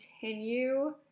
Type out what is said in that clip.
continue